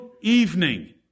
Evening